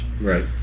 Right